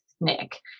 Nick